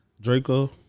Draco